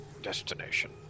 destination